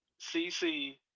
CC